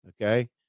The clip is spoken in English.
Okay